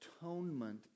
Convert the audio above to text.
atonement